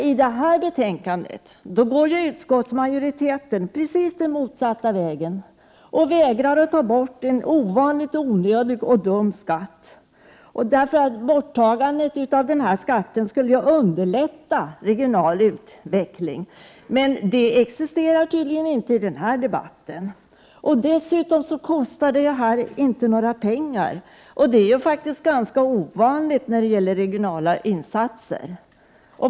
I detta betänkande går utskottsmajoriteten dock precis motsatt väg och vägrar att ta bort en ovanligt onödig och dum skatt. Borttagandet av denna skatt skulle underlätta den regionala utvecklingen, men det argumentet existerar tydligen inte alls i denna debatt. Dessutom kostar den här åtgärden inte några pengar, och det är ganska ovanligt när det gäller regionala insatser.